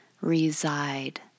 reside